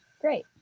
Great